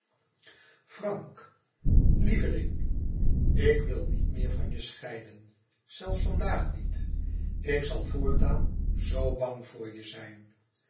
frank lieveling ik wil niet meer van je scheiden zelfs vandaag niet ik zal voortaan zoo bang voor je zijn